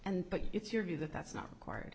and but it's your view that that's not required